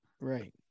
right